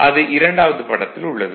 அது இரண்டாவது படத்தில் உள்ளது